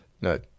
no